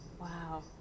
Wow